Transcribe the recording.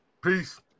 Peace